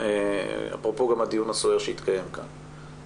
ולומר אפרופו הדיון הסוער שהתקיים כאן.